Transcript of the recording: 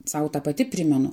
sau tą pati primenu